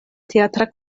teatra